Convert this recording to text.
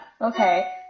okay